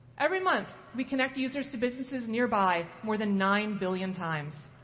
every month we connect users to businesses nearby more than nine billion times,